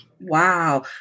Wow